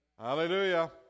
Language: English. Hallelujah